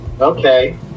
Okay